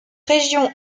région